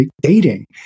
dating